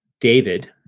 David